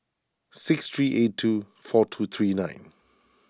six three eight two four two three nine